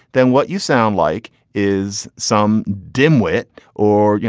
then what you sound like is some dimwit or, you